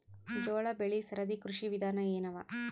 ಜೋಳ ಬೆಳಿ ಸರದಿ ಕೃಷಿ ವಿಧಾನ ಎನವ?